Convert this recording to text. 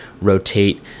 rotate